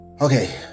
Okay